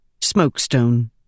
Smokestone